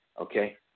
Okay